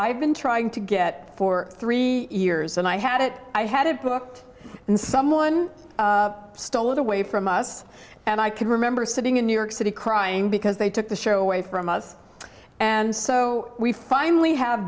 i've been trying to get for three years and i had it i had it booked and someone stole it away from us and i can remember sitting in new york city crying because they took the show away from us and so we finally ha